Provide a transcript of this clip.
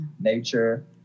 nature